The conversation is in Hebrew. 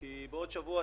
כי בעוד שבוע,